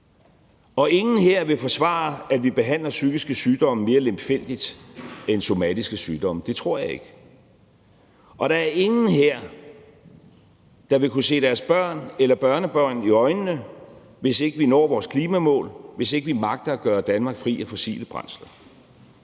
Og ingen her vil forsvare, at vi behandler psykiske sygdomme mere lemfældigt end somatiske sygdomme – det tror jeg ikke. Og der er ingen her, der vil kunne se deres børn eller børnebørn i øjnene, hvis ikke vi når vores klimamål, og hvis vi ikke magter at gøre Danmark fri af fossile brændsler.